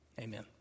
Amen